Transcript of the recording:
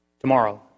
Tomorrow